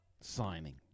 signing